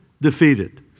defeated